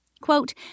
Quote